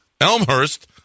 Elmhurst